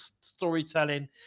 storytelling